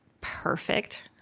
perfect